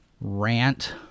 rant